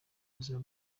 buzima